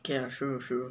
okay lah true true